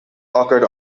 occurred